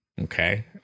okay